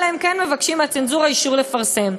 אלא אם כן מבקשים מהצנזורה אישור לפרסם.